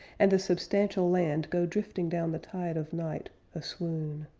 and the substantial land go drifting down the tide of night aswoon.